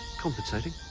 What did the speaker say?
compensating?